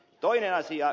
toinen asia